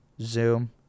zoom